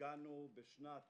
הגענו בשנת